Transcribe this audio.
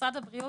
משרד הבריאות,